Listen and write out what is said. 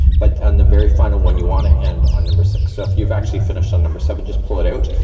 but on the very final one you want to end on number six. so if you've actually finished on number seven, just pull it out.